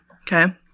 Okay